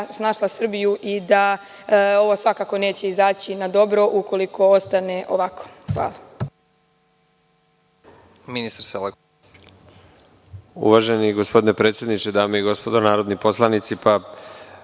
snašla Srbiju, i da ovo svakako neće izaći na dobro ukoliko ostane ovako. Hvala.